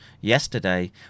yesterday